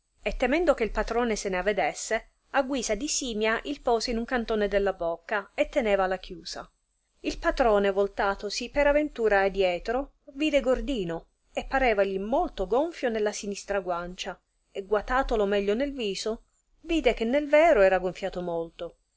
e temendo che il patrone non se n avedesse a guisa di simia il pose in un cantone della bocca e tenevala chiusa il patrone voltatosi per aventura a dietro vide gordino e parevagli molto gonfio nella sinistra guancia e guatatolo meglio nel viso vide che nel vero era gonfiato molto